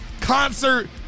concert